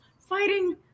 fighting